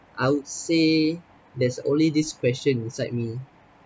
I would say there's only this question inside me